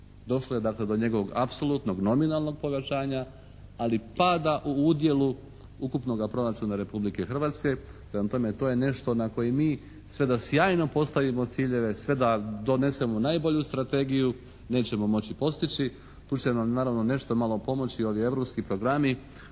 Došlo je dakle do njegovog apsolutnog nominalnog povećanja, ali pada u udjelu ukupnoga proračuna Republike Hrvatske. Prema tome, to je nešto na koji mi sada sjajno postavimo ciljeve, sve da donesemo najbolju strategiju, nećemo moći postići. Tu će nam naravno nešto malo pomoći ovi europski programi,